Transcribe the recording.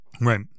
Right